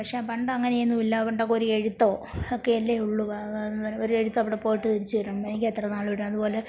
പക്ഷെ പണ്ട് അത് അങ്ങനെയൊന്നുമില്ല എന്തെങ്കിലും ഒരു എഴുത്തൊ ഒക്കെ അല്ലേ ഉള്ളൂ ഒരെഴുത്ത് അവിടെ പോയിട്ട് തിരിച്ച് വരും എത്ര നാള് അവിടെ അത്പോലെ